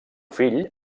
fill